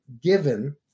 given